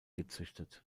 gezüchtet